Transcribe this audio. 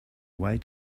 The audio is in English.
way